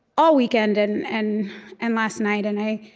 all weekend and and and last night, and i